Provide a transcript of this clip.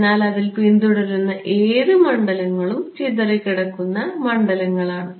അതിനാൽ അതിൽ പിന്തുടരുന്ന ഏത് മണ്ഡലങ്ങളും ചിതറിക്കിടക്കുന്ന മണ്ഡലങ്ങളാണ്